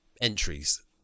entries